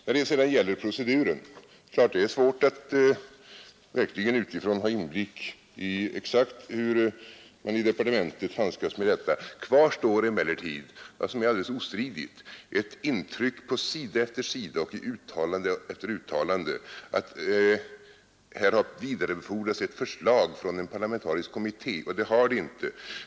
När det gäller proceduren är det givetvis svårt att utifrån verkligen ha exakt inblick i hur man i departementet handskas med detta. Kvar står emellertid som alldeles ostridigt ett intryck på sida efter sida och i uttalande efter uttalande att här har vidarebefordrats ett förslag från en parlamentarisk kommitté — och det har det inte.